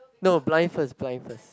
no blind first blind first